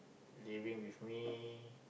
living with me